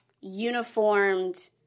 uniformed